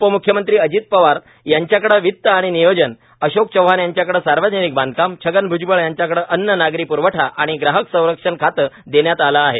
उपम्ख्यमंत्री अजित पवार यांच्याकडे वित्त आणि नियोजन अशोक चव्हाण यांच्याकडे सार्वजनिक बांधकाम छगन भुजबळ यांच्याकडे अन्न नागरी प्रवठा आणि ग्राहक संरक्षण खात देण्यात आलं आहे